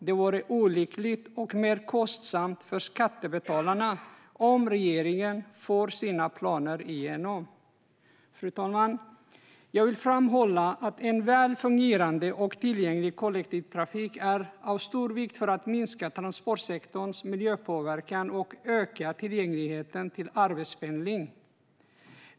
Det vore olyckligt om regeringen får igenom sina planer. Jag vill framhålla att en väl fungerande och tillgänglig kollektivtrafik är av stor vikt för att minska transportsektorns miljöpåverkan samtidigt som det ökar tillgängligheten till arbetspendling.